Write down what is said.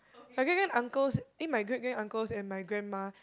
my great grand uncles eh my great grand uncles and my grandma